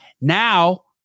Now